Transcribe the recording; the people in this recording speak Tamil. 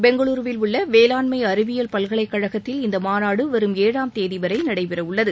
பெங்களூருவில் உள்ள வேளாண்மை அறிவியல் பல்கலைக்கழகத்தில் நடைபெறும் இந்த மாநாடு வரும் ஏழாம் தேதி வரை நடைபெறவுள்ளது